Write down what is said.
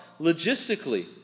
logistically